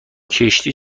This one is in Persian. کشتی